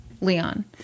Leon